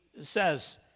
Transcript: says